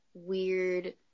weird